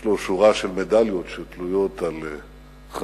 יש לו שורה של מדליות שתלויות על חזהו,